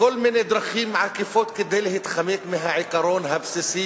כל מיני דרכים עקיפות כדי להתחמק מהעיקרון הבסיסי